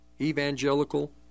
evangelical